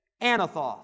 Anathoth